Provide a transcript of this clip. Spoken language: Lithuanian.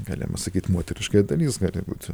galima sakyt moteriškoji dalis gali būti